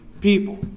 people